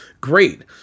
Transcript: Great